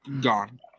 Gone